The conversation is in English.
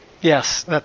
Yes